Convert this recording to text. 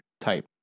type